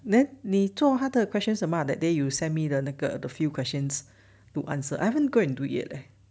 then 你做他的 questions that day you send me 的那个 the few questions to answer I haven't go and do it leh